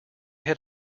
had